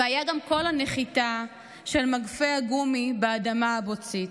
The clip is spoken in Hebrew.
/ והיה גם קול הנחיתה של מגפי הגומי באדמה הבוצית.